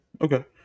Okay